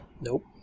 Nope